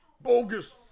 Bogus